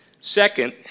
Second